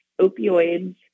opioids